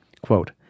Quote